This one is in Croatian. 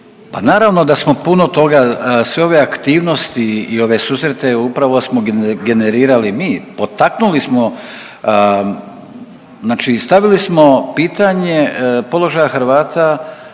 naravno da smo puno toga, sve ove aktivnosti i ove susrete upravo smo generirali mi, potaknuli smo znači stavili smo pitanje položaja Hrvata